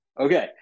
Okay